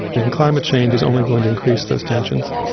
and and climate change is only going to increase those tensions.